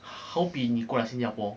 好比你过来新加坡